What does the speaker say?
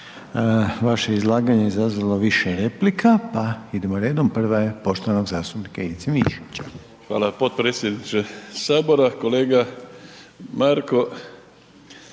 Vaše izlaganje je izazvalo više replika, pa idemo redom. Prva je poštovanog zastupnika Ivice Mišića. **Mišić, Ivica (Nezavisni)** Hvala potpredsjedniče sabora. Kolega Marko,